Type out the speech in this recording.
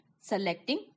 selecting